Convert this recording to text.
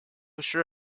sure